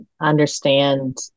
understand